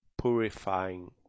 purifying